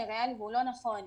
נכון,